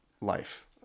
life